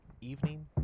evening